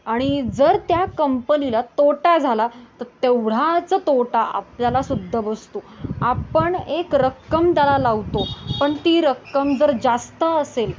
आणि जर त्या कंपनीला तोटा झाला तर तेवढाच तोटा आपल्यालासुद्धा बसतो आपण एक रक्कम त्याला लावतो पण ती रक्कम जर जास्त असेल